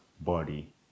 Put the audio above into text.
body